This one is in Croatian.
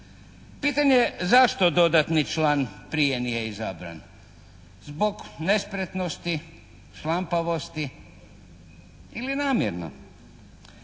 Pitanje zašto dodatni član prije nije izabran? Zbog nespretnosti, šlampavosti ili namjerno.